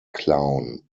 clown